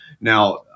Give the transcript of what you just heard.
Now